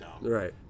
right